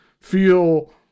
feel